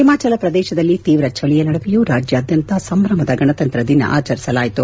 ಹಿಮಾಚಲ ಪ್ರದೇಶದಲ್ಲಿ ತೀವ್ರ ಚಳಿಯ ನಡುವೆಯೂ ರಾಜ್ಯಾದ್ಯಂತ ಸಂಭ್ರಮದ ಗಣತಂಕ್ರ ದಿನವನ್ನು ಆಚರಿಸಲಾಯಿತು